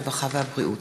הרווחה והבריאות,